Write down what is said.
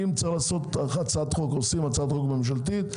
אם צריך לעשות הצעת חוק עושים הצעת חוק ממשלתית,